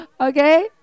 Okay